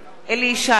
אליהו ישי,